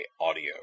Audio